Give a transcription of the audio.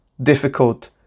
difficult